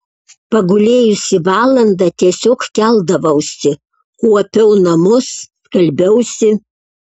pagulėjusi valandą tiesiog keldavausi kuopiau namus skalbiausi